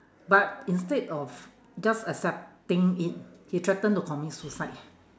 but instead of just accepting it he threatened to commit suicide